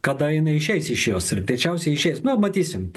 kada jinai išeis iš jos ir greičiausiai išeis na matysim